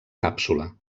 càpsula